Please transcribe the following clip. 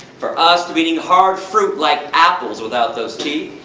for us, to be eating hard fruit like apples without those teeth.